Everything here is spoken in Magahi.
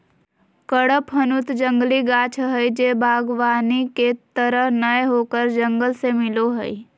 कडपहनुत जंगली गाछ हइ जे वागबानी के तरह नय होकर जंगल से मिलो हइ